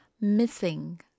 Missing